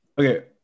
Okay